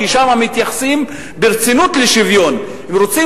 כי שם מתייחסים ברצינות לשוויון ורוצים